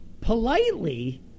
politely